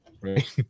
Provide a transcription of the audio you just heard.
right